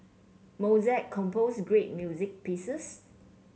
Mozart composed great music pieces